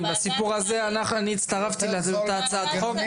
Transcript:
ובסיפור הזה, אני הצטרפתי לאותה הצעת חוק.